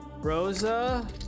Rosa